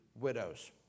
widows